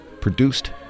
produced